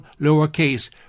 lowercase